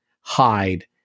hide